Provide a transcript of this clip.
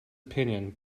opinion